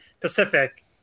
Pacific